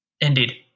Indeed